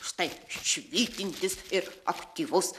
štai švytintis ir aktyvus